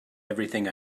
everything